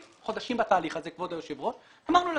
חודשים בתהליך הזה כבוד היושב ראש ואמרנו לעצמנו,